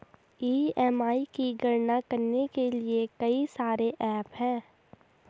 EMI की गणना करने के लिए कई सारे एप्प हैं